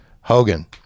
Hogan